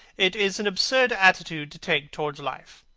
it is an absurd attitude to take towards life.